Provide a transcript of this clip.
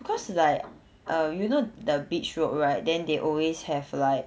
cause like uh you know the beach road right then they always have like